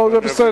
לא, זה בסדר.